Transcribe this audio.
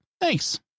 Thanks